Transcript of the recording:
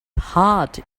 heart